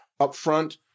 upfront